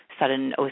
sudden